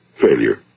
failure